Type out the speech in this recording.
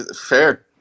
Fair